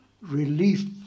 relief